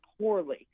poorly